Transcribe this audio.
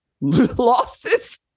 losses